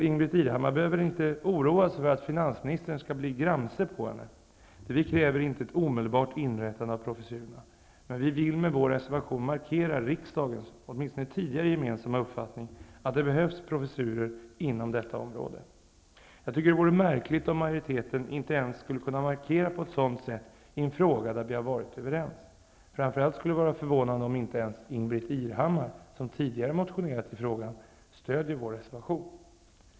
Ingbritt Irhammar behöver inte oroa sig för att finansministern skall bli gramse på henne. Det vi kräver är inte ett omedelbart inrättande av professurerna. Vi vill med vår reservation markera riksdagens, åtminstone tidigare gemensamma, uppfattning att det behövs professurer inom detta område. Det vore märkligt om majoriteten inte ens på ett sådant sätt milt skulle kunna markera i en fråga där vi tidigare har varit överens. Framför allt skulle det vara förvånande om inte ens Ingbritt Irhammar, som tidigare motionerat i frågan, stödjer vår reservation.